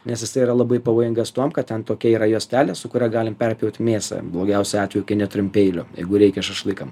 nes jisai yra labai pavojingas tuom kad ten tokia yra juostelė su kuria galim perpjauti mėsą blogiausiu atveju kai neturim peilio jeigu reikia šašlykam